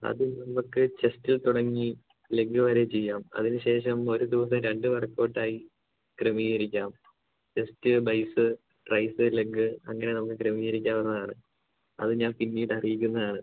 ആദ്യം നമുക്ക് ചെസ്റ്റിൽ തുടങ്ങി ലെഗ്ഗ് വരെ ചെയ്യാം അതിന് ശേഷം ഒരു ദിവസം രണ്ട് വർക്കൗട്ട് ആയി ക്രമീകരിക്കാം ചെസ്റ്റ് ബൈസ്സ് ട്രൈസ്സ് ലെഗ്ഗ് അങ്ങനെ നമുക്ക് ക്രമീകരിക്കാവുന്നതാണ് അത് ഞാൻ പിന്നീട് അറിയിക്കുന്നതാണ്